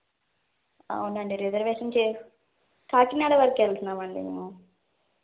అవునండి రిజర్వేషన్ చేస్ కాకినాడ వరకు వెళ్తున్నామండీ మేము